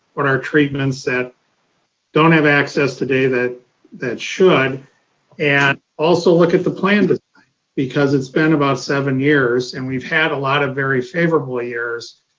what our treatments that don't have access today that that should and also look at the plan, but because it's been about seven years. and we've had a lot of very favorable years.